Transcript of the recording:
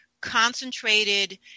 concentrated